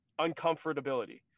uncomfortability